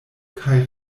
kaj